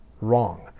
wrong